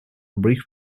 brief